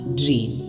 dream